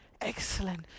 Excellent